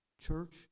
Church